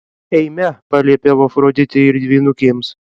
eime paliepiau afroditei ir dvynukėms